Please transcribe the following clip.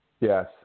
Yes